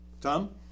Tom